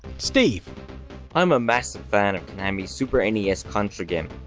steve i'm a massive fan of konami's super and nes contra game,